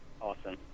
awesome